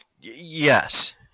Yes